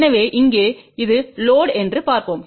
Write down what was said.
எனவே இங்கே இது லோடு என்று பார்ப்போம்